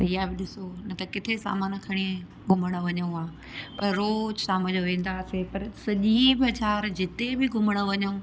इहा बि ॾिसो न त किथे सामान खणे घुमणु वञूं हा पर रोज़ शाम जो वेंदा हुआसीं पर सॼी बाज़ारि जिते बि घुमणु वञूं